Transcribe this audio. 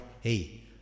Hey